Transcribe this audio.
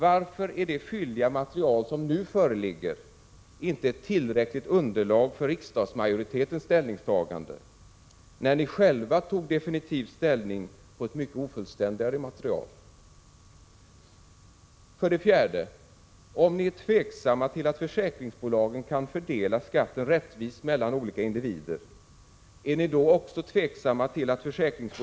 Varför är det fylliga material som nu föreligger inte tillräckligt underlag för riksdagsmajoritetens ställningstagande, när ni själva tog definitiv ställning på ett mycket ofullständigare material? 4. Om ni är tveksamma till att försäkringsbolagen kan fördela skatten rättvist mellan olika individer, är ni då också tveksamma till att försäkrings — Prot.